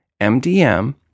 MDM